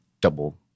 double